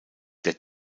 der